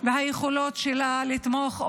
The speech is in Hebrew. והיכולות שלה לתמוך,